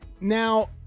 Now